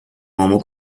uomo